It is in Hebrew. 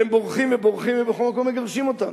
והם בורחים ובורחים ובכל מקום מגרשים אותם.